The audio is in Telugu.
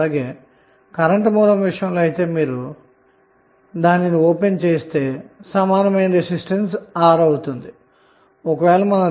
అలాగే కరెంటు సోర్స్ ని ఓపెన్ సర్క్యూట్ చేసి ఈక్వివలెంట్ రెసిస్టెన్స్ ను కనుగొంటే దాని విలువ మళ్లీ R అవుతుంది